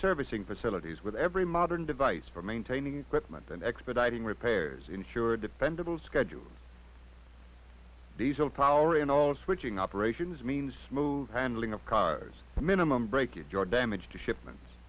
servicing facilities with every modern device for maintaining equipment and expediting repairs insure dependable schedule diesel power and all switching operations means move handling of cars minimum breakage or damage to shipment